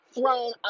thrown